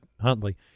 Huntley